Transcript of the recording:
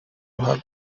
ruhago